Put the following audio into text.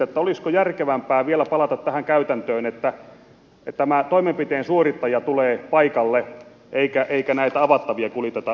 olisiko järkevämpää vielä palata tähän käytäntöön että tämä toimenpiteen suorittaja tulee paikalle eikä näitä avattavia kuljeteta edestakaisin